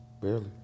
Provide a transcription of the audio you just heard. barely